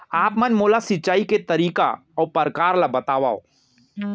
आप मन मोला सिंचाई के तरीका अऊ प्रकार ल बतावव?